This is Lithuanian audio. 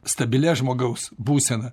stabilia žmogaus būsena